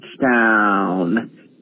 touchdown